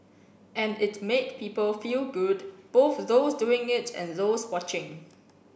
and it made people feel good both those doing it and those watching